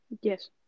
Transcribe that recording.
Yes